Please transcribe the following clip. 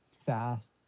fast